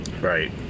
Right